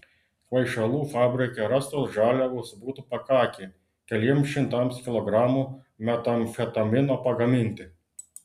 kvaišalų fabrike rastos žaliavos būtų pakakę keliems šimtams kilogramų metamfetamino pagaminti